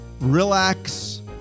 relax